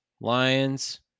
lions